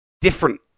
different